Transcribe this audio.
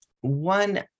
One